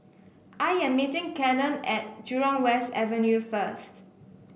I am meeting Cannon at Jurong West Avenue first